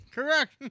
Correct